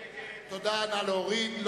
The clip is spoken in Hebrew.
ההסתייגות של קבוצת סיעת חד"ש לסעיף 04,